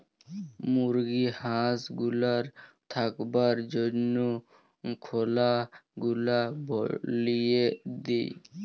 মুরগি হাঁস গুলার থাকবার জনহ খলা গুলা বলিয়ে দেয়